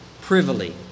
privily